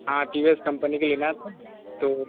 हाँ T V S company की लेना था तो